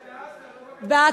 בעזה, לא בגדה.